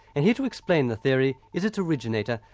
and here to explain the theory is its originator,